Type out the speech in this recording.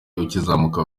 ukizamuka